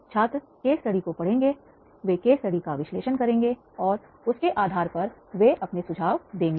छात्र case study को पढ़ेंगे वे केस स्टडी का विश्लेषण करेंगे और उसके आधार पर वे अपने सुझाव देंगे